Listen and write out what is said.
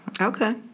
Okay